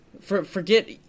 forget